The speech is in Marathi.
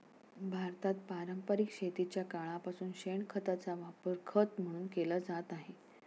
भारतात पारंपरिक शेतीच्या काळापासून शेणखताचा वापर खत म्हणून केला जात आहे